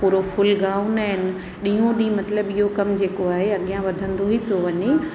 पूरो full gown ऐं ॾीहों ॾीहुं मतिलबु इहो कमु जेको आहे अॻियां वधंदो ई पियो वञे